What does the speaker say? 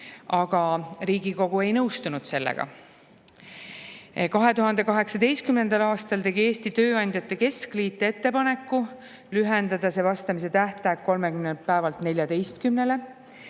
aga Riigikogu ei nõustunud sellega. 2018. aastal tegi Eesti Tööandjate Keskliit ettepaneku lühendada vastamise tähtaega 30 päevalt 14-le.